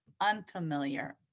unfamiliar